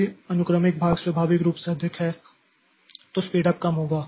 यदि अनुक्रमिक भाग स्वाभाविक रूप से अधिक है तो स्पीड उप कम होगा